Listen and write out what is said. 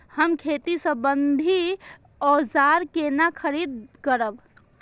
हम खेती सम्बन्धी औजार केना खरीद करब?